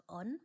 on